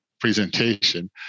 presentation